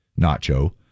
Nacho